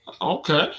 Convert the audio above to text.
Okay